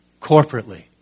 corporately